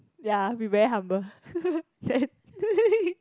ya we very humble